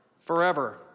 forever